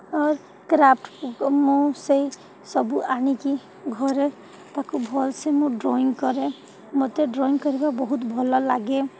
craft ମୁଁ ସେହି ସବୁ ଆଣିକି ଘରେ ତାକୁ ଭଲ୍ସେ ମୁଁ ଡ୍ରଇଂ କରେ ମୋତେ ଡ୍ରଇଂ କରିବା ବହୁତ ଭଲ ଲାଗେ